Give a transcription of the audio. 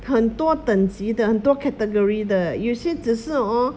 很多等级的很多 category 的有些只是 hor